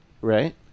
right